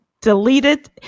deleted